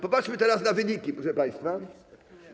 Popatrzmy teraz na wyniki, proszę państwa.